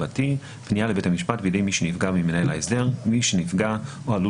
159כפנייה לבית המשפט בידי מי שנפגע ממנהל ההסדר מי שנפגע או עלול